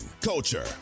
culture